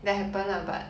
that happen lah but